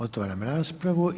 Otvaram raspravu.